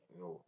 no